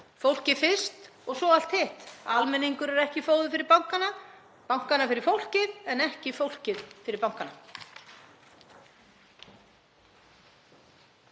Fólkið fyrst svo allt hitt. Almenningur er ekki fóður fyrir bankana. Bankana fyrir fólkið en ekki fólkið fyrir bankana.